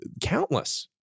Countless